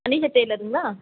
Anitha டெய்லருங்களா